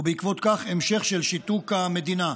ובעקבות זאת, המשך של שיתוק המדינה.